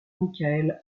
michael